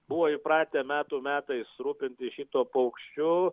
buvo įpratę metų metais rūpintis šituo paukščiu